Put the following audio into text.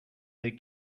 their